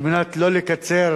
כדי שלא לקצר